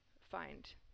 find